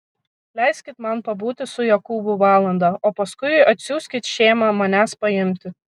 leiskit man pabūti su jokūbu valandą o paskui atsiųskit šėmą manęs paimti